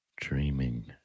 Dreaming